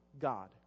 God